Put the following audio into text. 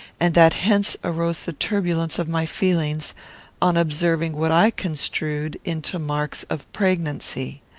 and that hence arose the turbulence of my feelings on observing what i construed into marks of pregnancy.